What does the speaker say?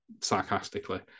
sarcastically